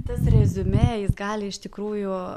tas reziumė jis gali iš tikrųjų